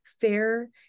fair